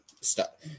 Stop